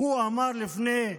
800 ליטר.